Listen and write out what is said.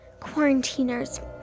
Quarantiners